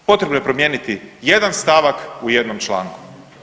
Potrebno je promijeniti jedan stavak u jednom članku.